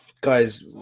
Guys